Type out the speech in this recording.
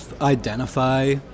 identify